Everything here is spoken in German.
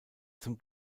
zum